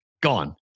Gone